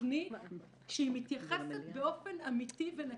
תכנית שהיא מתייחסת באופן אמיתי ונקי.